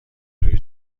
روی